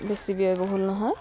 বেছি ব্যয়বহুল নহয়